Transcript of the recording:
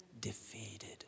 defeated